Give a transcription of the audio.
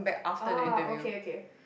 oh okay okay